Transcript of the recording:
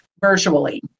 virtually